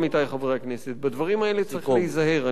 עמיתי חברי הכנסת: בדברים האלה צריך להיזהר.